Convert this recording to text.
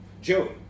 Joey